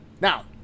Now